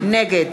נגד